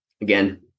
Again